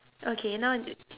okay now i~